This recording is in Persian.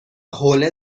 حوله